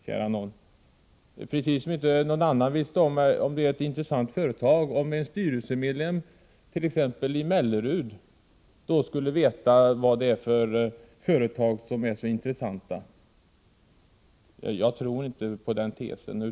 Kära nån — precis som om inte någon annan skulle känna till om det är ett intressant företag, om t.ex. en styrelsemedlem i Mellerud skulle veta vad det är för företag som är så intressant. Jag tror inte på den tesen.